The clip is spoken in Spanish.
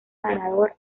ganador